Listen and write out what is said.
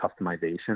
customization